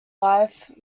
life